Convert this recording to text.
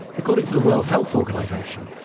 according to the world health organization,